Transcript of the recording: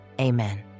Amen